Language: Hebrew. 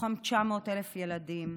ומתוכם 900,000 ילדים.